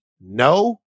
No